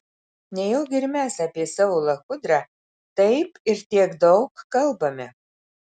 nejaugi ir mes apie savo lachudrą taip ir tiek daug kalbame